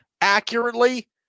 accurately